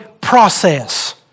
process